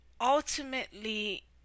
ultimately